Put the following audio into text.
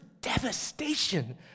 devastation